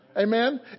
Amen